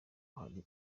hari